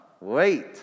wait